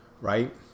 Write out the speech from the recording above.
Right